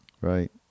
Right